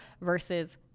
versus